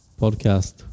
podcast